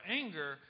anger